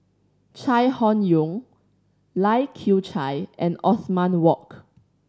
Chai Hon Yoong Lai Kew Chai and Othman Wok